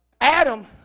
Adam